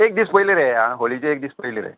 एक दीस पयली रे हो होलीचे एक दीस पयली रे